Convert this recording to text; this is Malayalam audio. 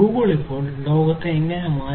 ഗൂഗിൾ ചെയ്യുന്ന കാറുകൾ